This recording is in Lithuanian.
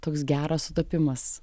toks geras sutapimas